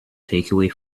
takeaway